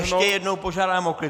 Ještě jednou požádám o klid!